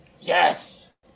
yes